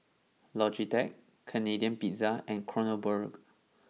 Logitech Canadian Pizza and Kronenbourg